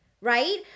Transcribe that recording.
right